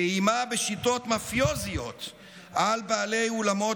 שאיימה בשיטות מאפיוזיות על בעלי אולמות